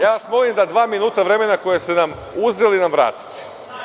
Ja vas molim da dva minuta vremena koje ste nam uzeli nam vratite.